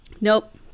Nope